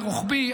רוחבי,